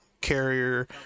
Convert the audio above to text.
carrier